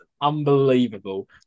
Unbelievable